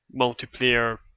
multiplayer